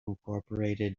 incorporated